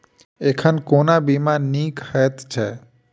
एखन कोना बीमा नीक हएत छै?